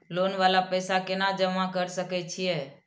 Loan वाला पैसा केना जमा कर सके छीये?